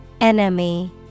Enemy